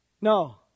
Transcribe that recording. no